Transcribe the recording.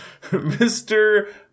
Mr